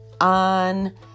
on